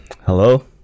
Hello